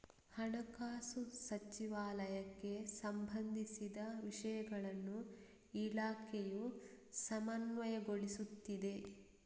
ಹಣಕಾಸು ಸಚಿವಾಲಯಕ್ಕೆ ಸಂಬಂಧಿಸಿದ ವಿಷಯಗಳನ್ನು ಇಲಾಖೆಯು ಸಮನ್ವಯಗೊಳಿಸುತ್ತಿದೆ